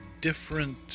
different